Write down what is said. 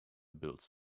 bills